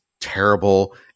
terrible